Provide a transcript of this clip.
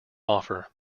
offer